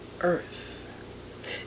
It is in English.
earth